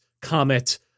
comet